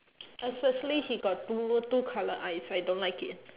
especially he got dual two colour eyes I don't like it